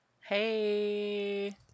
Hey